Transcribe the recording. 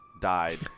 died